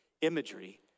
imagery